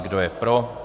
Kdo je pro?